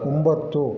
ಒಂಬತ್ತು